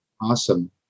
Awesome